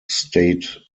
state